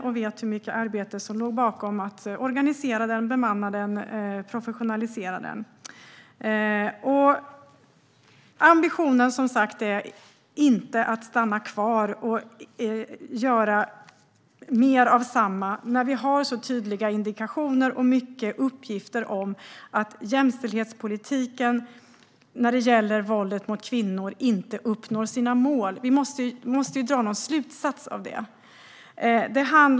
Jag vet hur mycket arbete som låg bakom att organisera telefonlinjen, bemanna den och professionalisera den. Ambitionen är inte att stanna kvar och göra mer av samma när det finns så tydliga indikationer och uppgifter om att jämställdhetspolitiken när det gäller våldet mot kvinnor inte uppnår sina mål. Vi måste dra någon slutsats av det.